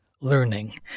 learning